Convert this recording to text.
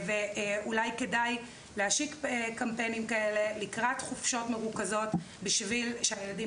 אולי כדאי להשיק קמפיינים כאלה לקראת חופשות מרוכזות בשביל שהילדים